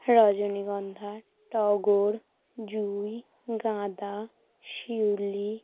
রজনিগন্ধা টগর জুঁই গাঁদা শিউলি